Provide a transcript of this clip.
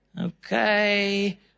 Okay